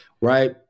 right